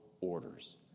orders